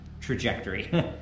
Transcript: trajectory